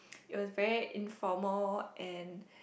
it was very informal and